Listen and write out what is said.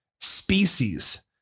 species